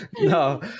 No